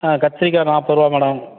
ஆ கத்திரிக்காய் நாற்பது ரூபா மேடம்